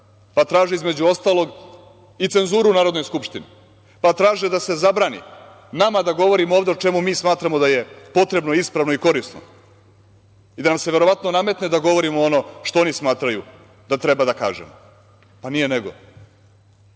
Traže, između ostalog, i cenzuru u Narodnoj skupštini. Traže da se zabrani nama da govorimo ovde o čemu mi smatramo da je potrebno, ispravno i korisno i da nam se verovatno nametne da govorimo ono što oni smatraju da treba da kažemo. Pa nije